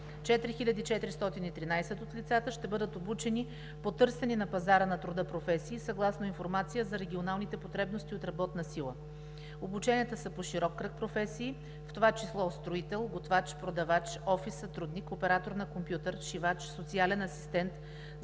4413 от лицата ще бъдат обучени по търсени на пазара на труда професии съгласно информация за регионалните потребности от работна сила. Обученията са по широк кръг професии, в това число строител, готвач, продавач, офис сътрудник, оператор на компютър, шивач, социален асистент,